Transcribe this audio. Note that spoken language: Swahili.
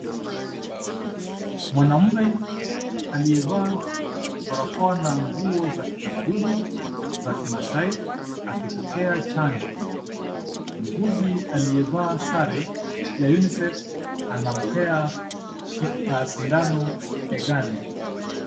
Mwanamume aliyevaa barakoa na nguo za kitamaduni za kimaasai akipokea chanjo. Muuguzi aliyevaa sare ya UNICEF anampea sindano begani.